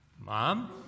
Mom